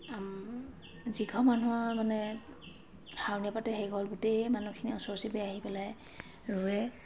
যি ঘৰ মানুহত মানে শাওনীয়া পাতে সেইঘৰ মানুহত গোটেই ওচৰ চুবুৰীয়া মানুহ আহি পেলাই ৰোৱে